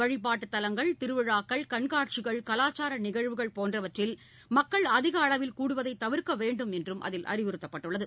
வழிபாட்டுத் தலங்கள் திருவிழாக்கள் கண்காட்சிகள் கலாச்சார நிகழ்வுகள் போன்றவற்றில் மக்கள் அதிகளவில் கூடுவதை தவிர்க்க வேண்டும் என்று அதில் அறிவுறுத்தப்பட்டுள்ளது